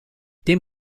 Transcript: dem